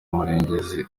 murengezi